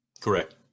Correct